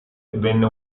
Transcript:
venne